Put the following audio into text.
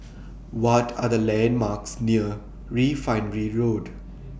What Are The landmarks near Refinery Road